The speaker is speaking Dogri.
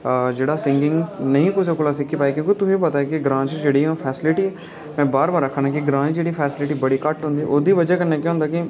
जेह्ड़ा सिंगगिंग नेईं कुसै कोला सिक्खी पाया क्यूकिं तुसेंगी पता ऐ कि ग्राँऽ च जेह्ड़ियां फैसिलिटियां में बार बार आक्खा न ग्राँऽ च जेह्ड़ियां फैसिलिटियां बड़ियां घट्ट हुदियां न ओह्दी बजह नै केह् होंदा कि